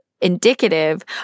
indicative